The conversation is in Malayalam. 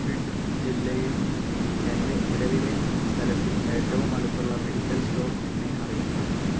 ബിഡ് ജില്ലയിൽ എൻ്റെ നിലവിലെ സ്ഥലത്തിന് ഏറ്റവും അടുത്തുള്ള മെഡിക്കൽ സ്റ്റോർ എന്നെ അറിയിക്കാമോ